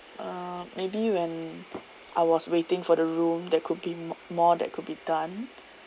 uh maybe when I was waiting for the room there could be m~ more that could be done